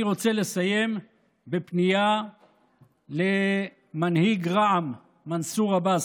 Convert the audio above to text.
אני רוצה לסיים בפנייה למנהיג רע"מ מנסור עבאס.